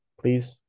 please